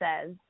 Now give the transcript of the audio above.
says